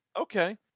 Okay